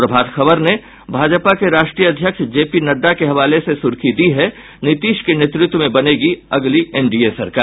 प्रभात खबर ने भाजपा के राष्ट्रीय अध्यक्ष जेपी नड्डा के हवाले से सुर्खी दी है नीतीश के नेत्रत्व में बनेगी अगली एनडीए सरकार